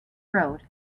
road